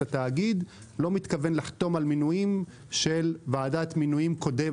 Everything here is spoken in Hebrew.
התאגיד לא מתכוון לחתום על מינויים של ועדת מינויים קודמת,